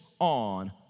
on